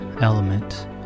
element